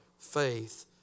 faith